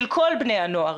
של כל בני הנוער,